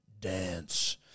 dance